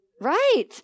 Right